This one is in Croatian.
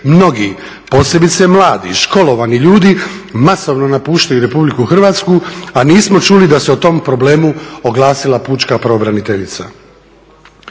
mnogi, posebice mladi i školovani ljudi masovno napuštaju Republiku Hrvatsku, a nismo čuli da se o tom problemu oglasila pučka pravobraniteljica.